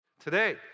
Today